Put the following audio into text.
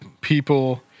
people